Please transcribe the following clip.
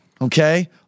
okay